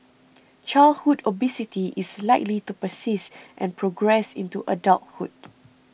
childhood obesity is likely to persist and progress into adulthood